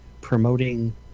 promoting